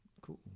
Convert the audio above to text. cool